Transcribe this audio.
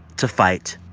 to fight,